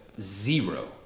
zero